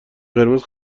قرمز